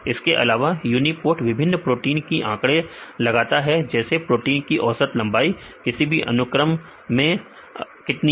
इसके अलावा यूनीपोर्ट विभिन्न प्रोटीन की आंकड़े लगता है जैसे प्रोटीन की औसत लंबाई किसी भी अनुक्रम में कितनी है